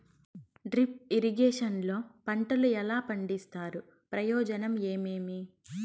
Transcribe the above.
Drip irrigation లో పంటలు ఎలా పండిస్తారు ప్రయోజనం ఏమేమి?